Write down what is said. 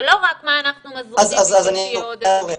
זה לא רק מה אנחנו מזרימים בשביל שתהיה עוד איזה מיטה.